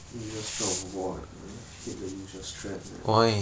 usual strat of what hate the usual strat man